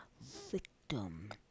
victim